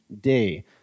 Day